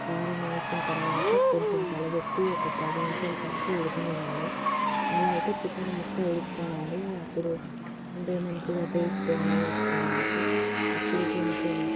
కారం వేసిన తర్వాత కొంచెం కలపెట్టి ఒక పది నిమిషాల పాటు ఉడకనివ్వాలి అలా అయితే చికెన్ ముక్క ఉడుకుతుందండి అప్పుడు అంటే మంచిగా టేస్ట్ అనేది వస్తుంది మనకి అప్పుడు కొంచెం